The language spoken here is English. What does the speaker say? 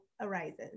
arises